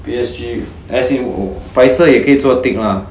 P_S_G as in 白色也可以做 thick lah